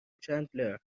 چندلر